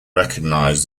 recognized